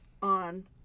on